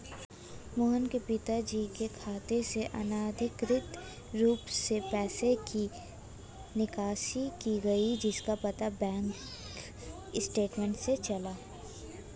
मोहन के पिताजी के खाते से अनधिकृत रूप से पैसे की निकासी की गई जिसका पता बैंक स्टेटमेंट्स से चला